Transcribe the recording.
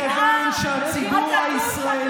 גלעד קריב, טיפ: תסתכל במראה.